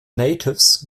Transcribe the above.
natives